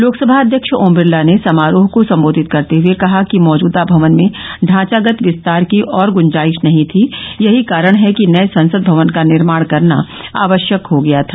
लोकसभा अव्यक्ष ओम बिरला ने समारोह को संबोधित करते हुए कहा कि मौजूदा भवन में ढांचागत विस्तार की और गुंजाइश नहीं थी यही कारण है कि नए संसद भवन का निर्माणकरना आवश्यक हो गया था